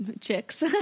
chicks